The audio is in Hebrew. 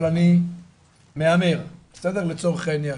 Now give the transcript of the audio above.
אבל אני מהמר, בסדר, לצורך העניין,